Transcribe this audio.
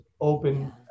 open